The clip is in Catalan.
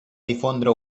difondre